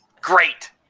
Great